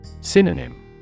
Synonym